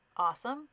awesome